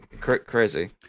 crazy